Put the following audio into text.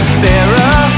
sarah